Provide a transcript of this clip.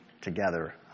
together